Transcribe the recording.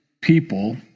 people